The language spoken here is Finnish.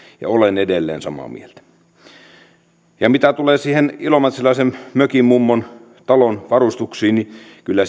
ja olen edelleen samaa mieltä mitä tulee sen ilomantsilaisen mökinmummon talon varustuksiin niin kyllä